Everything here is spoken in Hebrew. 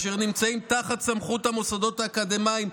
אשר נמצאים תחת סמכות המוסדות האקדמיים,